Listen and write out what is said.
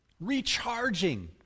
recharging